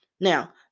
Now